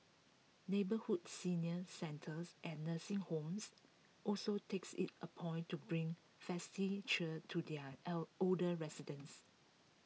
neighbourhood senior centres and nursing homes also takes IT A point to bring festive cheer to their L older residents